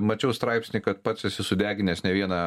mačiau straipsnį kad pats esi sudeginęs ne vieną